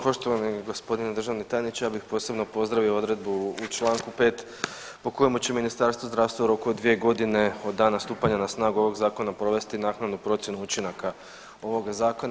Poštovani gospodine državni tajniče ja bih posebno pozdravio odredbu u Članku 5. po kojemu će Ministarstvo zdravstva u roku od 2 godine od dana stupanja na snagu ovog zakona provesti naknadnu procjenu učinaka ovoga zakona.